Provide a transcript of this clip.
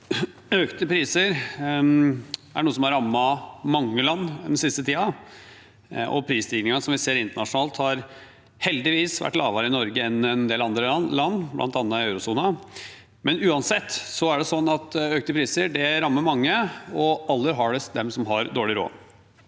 noe som har rammet mange land den siste tiden, og prisstigningen som vi ser internasjonalt, har heldigvis vært lavere i Norge enn i en del andre land, bl.a. i eurosonen. Uansett er det sånn at økte priser rammer mange, og aller hardest dem som har dårlig råd.